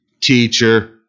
teacher